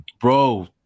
Bro